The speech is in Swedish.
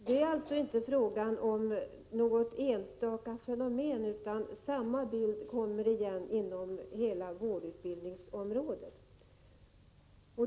Det är alltså inte fråga om något enstaka fenomen, utan samma bild kommer igen inom hela vårdutbildningsområdet.